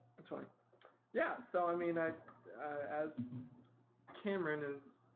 that's funny yeah, so i mean i as cameron is